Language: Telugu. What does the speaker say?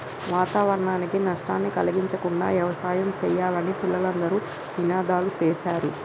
వాతావరణానికి నష్టాన్ని కలిగించకుండా యవసాయం సెయ్యాలని పిల్లలు అందరూ నినాదాలు సేశారు